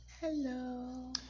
Hello